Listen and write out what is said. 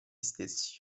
stessi